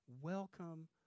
Welcome